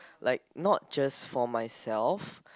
like not just for myself